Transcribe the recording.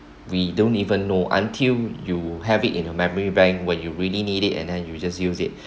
we don't even know until you have it in your memory bank when you really need it and then you just use